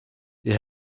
die